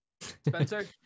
Spencer